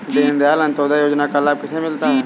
दीनदयाल अंत्योदय योजना का लाभ किसे मिलता है?